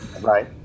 Right